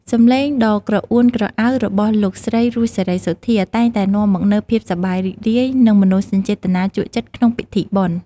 សំឡេងដ៏ក្រអួនក្រអៅរបស់លោកស្រី រស់ សេរីសុទ្ធា តែងតែនាំមកនូវភាពសប្បាយរីករាយ និងមនោសញ្ចេតនាជក់ចិត្តក្នុងពិធីបុណ្យ។